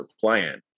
plan